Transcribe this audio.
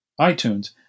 iTunes